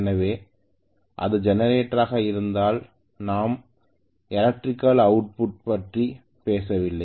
எனவே அது ஜெனரேட்டர் ஆக இருந்தால் நாம் நாம் எலக்ட்ரிக்கல் அவுட்புட் பற்றி பேசவில்லை